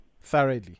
thoroughly